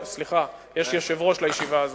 סליחה, יש יושב-ראש לישיבה הזאת.